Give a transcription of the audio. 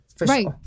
Right